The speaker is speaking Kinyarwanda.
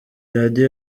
radio